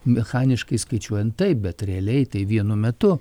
mechaniškai skaičiuojant taip bet realiai tai vienu metu